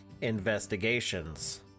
Investigations